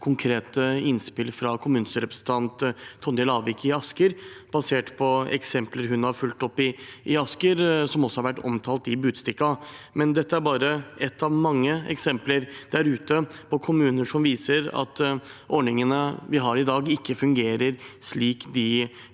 konkrete innspill fra kommunestyrerepresentant Tonje Lavik i Asker, basert på eksempler hun har fulgt opp der, som også har vært omtalt i Budstikka. Dette er bare ett av mange eksempler på kommuner som viser at ordningene vi har i dag, ikke fungerer slik de